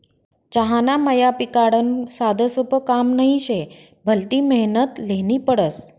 चहाना मया पिकाडनं साधंसोपं काम नही शे, भलती मेहनत ल्हेनी पडस